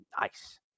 nice